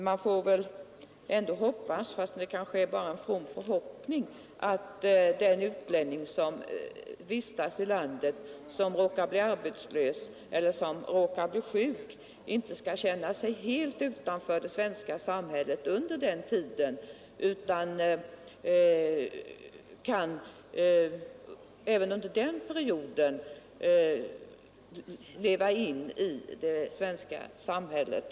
Man får väl ändå hoppas — men kanske är det bara en from förhoppning — att en utlänning som vistas här i landet inte känner sig så utanför samhället även om han råkar bli sjuk eller arbetslös, utan att han också då kan leva sig in i det svenska samhället.